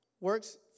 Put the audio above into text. works